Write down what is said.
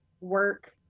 work